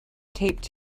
taped